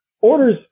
orders